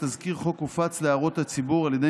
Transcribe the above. ותזכיר חוק הופץ להערות הציבור על ידי